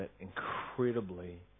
incredibly